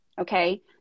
Okay